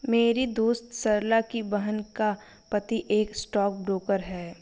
मेरी दोस्त सरला की बहन का पति एक स्टॉक ब्रोकर है